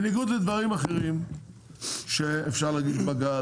בניגוד לדברים אחרים שאפשר להגיד בג"ץ,